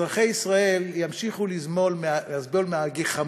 אזרחי ישראל ימשיכו לסבול מהגחמות,